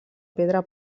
pedra